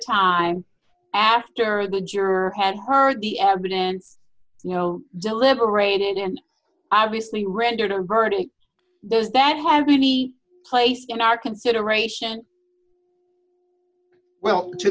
time after the juror had heard the evidence you know deliberated and obviously rendered a verdict those that had any place in our consideration well to